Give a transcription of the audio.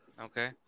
Okay